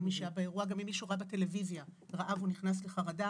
מי שהיה באירוע וגם מי שראה בטלוויזיה ונכנס לחרדה,